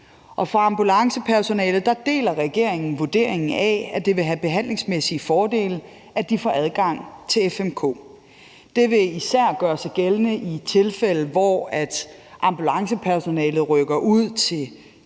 til ambulancepersonalet deler regeringen vurderingen af, at det vil have behandlingsmæssige fordele, at de får adgang til FMK. Det vil især gøre sig gældende i tilfælde, hvor ambulancepersonalet rykker ud til kritisk